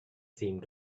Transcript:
seemed